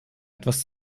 etwas